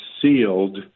Sealed